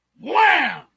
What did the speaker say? wham